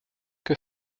que